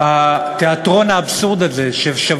האם ביטחון זה רק